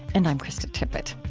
and i'm krista tippett